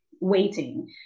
waiting